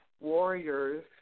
warriors